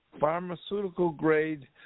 pharmaceutical-grade